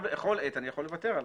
בכל עת אני יכול לוותר עליו.